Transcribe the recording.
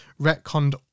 retconned